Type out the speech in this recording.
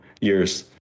years